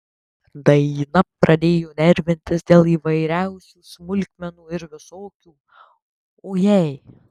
daina pradėjo nervintis dėl įvairiausių smulkmenų ir visokių o jei